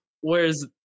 Whereas